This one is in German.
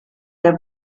der